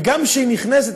וגם כשנכנסים,